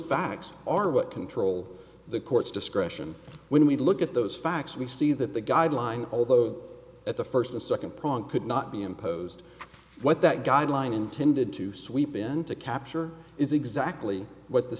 facts are what control the court's discretion when we look at those facts we see that the guideline although at the first and second prong could not be imposed what that guideline intended to sweepin to capture is exactly what th